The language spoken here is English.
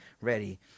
ready